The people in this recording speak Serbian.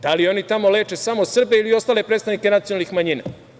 Da li oni tamo leče samo Srbe ili i ostale predstavnike nacionalnih manjina?